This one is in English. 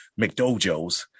mcdojos